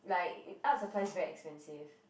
like art supplies very expensive